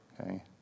okay